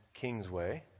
Kingsway